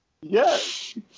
Yes